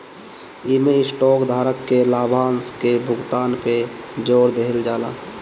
इमें स्टॉक धारक के लाभांश के भुगतान पे जोर देहल जाला